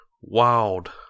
wild